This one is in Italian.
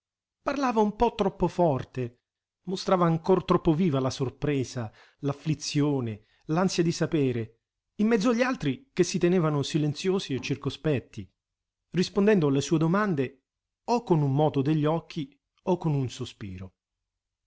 parlava un po troppo forte mostrava ancor troppo viva la sorpresa l'afflizione l'ansia di sapere in mezzo agli altri che si tenevano silenziosi e circospetti rispondendo alle sue domande o con un moto degli occhi o con un sospiro